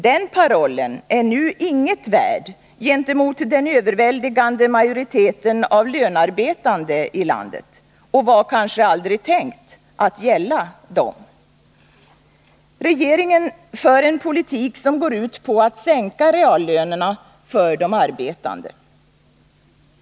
Den parollen är nu inget värd gentemot den överväldigande majoriteten av lönarbetande i landet — och var kanske aldrig tänkt att gälla dem. Regeringen för en politik som går ut på att sänka reallönerna för de arbetande.